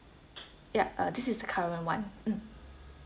yup uh this is the current one mm